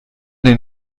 den